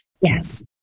Yes